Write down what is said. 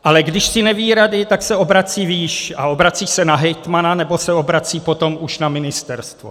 Ale když si neví rady, tak se obrací výš, a obrací se na hejtmana nebo se obrací potom už na ministerstvo.